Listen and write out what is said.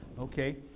okay